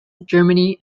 germany